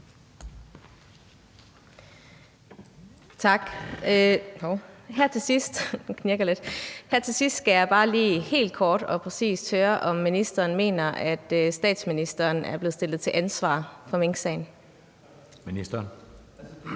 Tak. Her til sidst skal jeg bare lige helt kort og præcist høre, om ministeren mener, at statsministeren er blevet stillet til ansvar for minksagen. Kl.